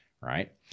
right